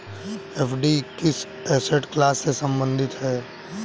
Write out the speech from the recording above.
FD किस asset class से संबंधित है?